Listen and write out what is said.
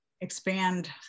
expand